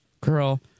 Girl